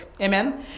Amen